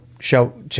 show